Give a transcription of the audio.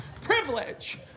privilege